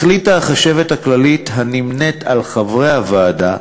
החליטה החשבת הכללית, הנמנית עם חברי הוועדה,